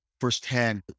firsthand